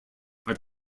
are